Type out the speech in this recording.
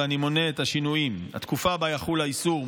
ואני מונה את השינויים: התקופה שבה יחול האיסור,